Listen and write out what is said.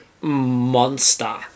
monster